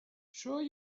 sure